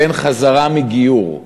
ואין חזרה מגיור,